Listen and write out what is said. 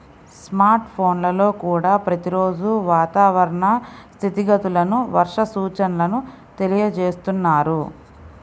smart ఫోన్లల్లో కూడా ప్రతి రోజూ వాతావరణ స్థితిగతులను, వర్ష సూచనల తెలియజేస్తున్నారు